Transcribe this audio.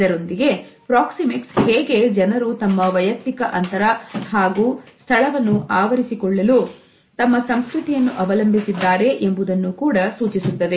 ಇದರೊಂದಿಗೆ ಪ್ರಾಕ್ಸಿಮಿಕ್ಸ್ ಹೇಗೆ ಜನರು ತಮ್ಮ ವೈಯಕ್ತಿಕ ಅಂತರ ಹಾಗೂ ಹಾಗೂ ಸ್ಥಳವನ್ನು ಆವರಿಸಿಕೊಳ್ಳಲು ತಮ್ಮ ಸಂಸ್ಕೃತಿಯನ್ನು ಅವಲಂಬಿಸಿದ್ದಾರೆ ಎಂಬುದನ್ನು ಕೂಡ ಸೂಚಿಸುತ್ತದೆ